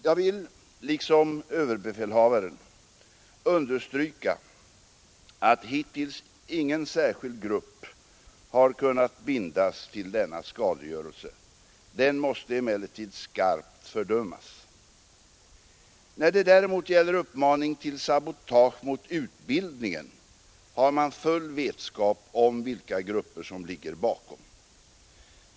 Jag vill liksom överbefälhavaren understryka att hittills ingen särskild grupp har kunnat bindas till denna skadegörelse. Den måste emellertid skarpt fördömas. När det däremot gäller uppmaning till sabotage mot utbildningen har man full vetskap om vilka grupper som ligger bakom.